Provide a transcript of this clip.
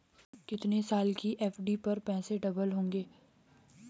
कितने साल की एफ.डी पर पैसे डबल होंगे?